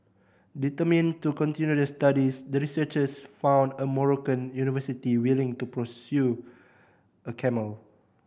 determined to continue their studies the researchers found a Moroccan university willing to procure a camel